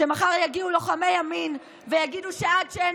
שמחר יגיעו לוחמי ימין ויגידו: עד שאין